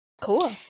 Cool